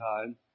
time